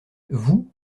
vous